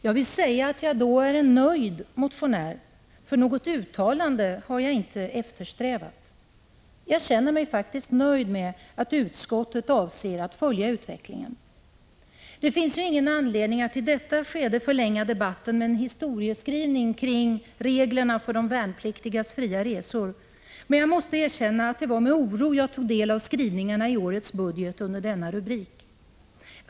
Jag vill säga att jag då är en nöjd motionär, för något uttalande har jag inte eftersträvat. Jag känner mig faktiskt nöjd med att utskottet avser att följa utvecklingen. Det finns ingen anledning att i detta skede förlänga debatten med en historieskrivning om reglerna för de värnpliktigas fria resor, men jag måste erkänna att det var med oro jag tog del av skrivningarna i årets budget under denna rubrik.